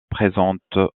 présentes